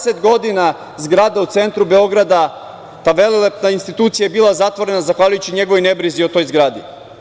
Dvadeset godina zgrada u centru Beograda, ta velelepna institucija je bila zatvorena zahvaljujući njegovoj nebrizi o toj zgradi.